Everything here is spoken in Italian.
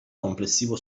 complessivo